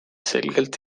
selgelt